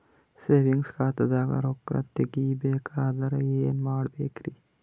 Savings ಖಾತಾದಾಗ ರೊಕ್ಕ ತೇಗಿ ಬೇಕಾದರ ಏನ ಮಾಡಬೇಕರಿ?